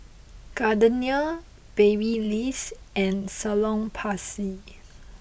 Gardenia Babyliss and Salonpas